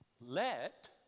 Let